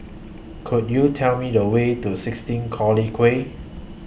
Could YOU Tell Me The Way to sixteen Collyer Quay